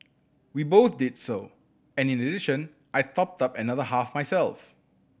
we both did so and in addition I topped up another half myself